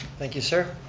thank you, sir.